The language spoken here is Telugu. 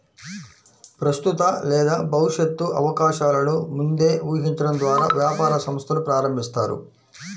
ప్రస్తుత లేదా భవిష్యత్తు అవకాశాలను ముందే ఊహించడం ద్వారా వ్యాపార సంస్థను ప్రారంభిస్తారు